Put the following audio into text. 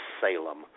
Salem